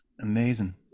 Amazing